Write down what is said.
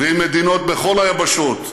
ועם מדינות בכל היבשות: